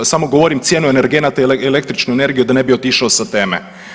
Samo govorim cijenu energenata i električne energije da ne bi otišao sa teme.